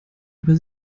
über